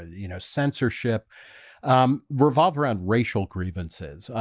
you know censorship um revolve around racial grievances, ah,